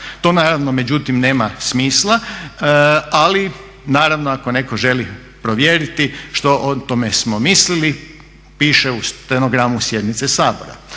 To naravno međutim nema smisla, ali naravno ako netko želi provjeriti što smo o tome mislili piše u stenogramu sjednice Sabora.